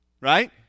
Right